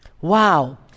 Wow